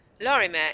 Lorimer